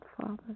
Father